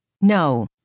No